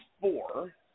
four